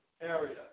area